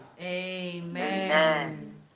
Amen